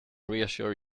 reassure